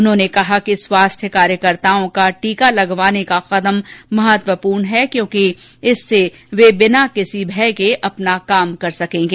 उन्होंने कहा कि स्वास्थ्य कार्यकर्ताओं का टीका लगवाने का कदम महत्वपूर्ण है क्योंकि इससे वे बिना किसी भय के अपना काम कर सकेंगे